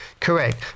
Correct